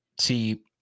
see